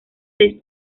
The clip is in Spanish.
seis